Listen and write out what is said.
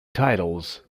titles